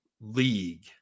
league